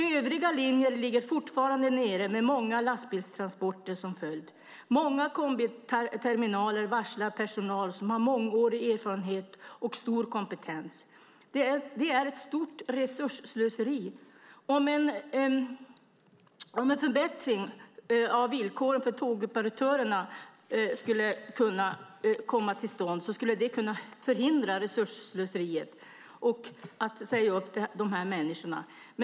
Övriga linjer ligger fortfarande nere med många lastbilstransporter som följd. Många kombiterminaler varslar personal som har mångårig erfarenhet och stor kompetens. Det är ett stort resursslöseri. Om en förbättring av villkoren för tågoperatörerna skulle komma till stånd skulle det kunna förhindra resursslöseriet med att säga upp dessa människor.